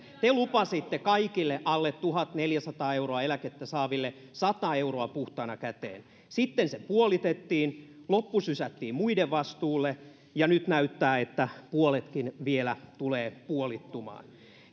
luvannut te lupasitte kaikille alle tuhatneljäsataa euroa eläkettä saaville sata euroa puhtaana käteen sitten se puolitettiin loppu sysättiin muiden vastuulle ja nyt näyttää että puoletkin vielä tulee puolittumaan